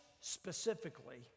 specifically